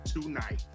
tonight